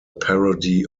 parody